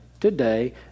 today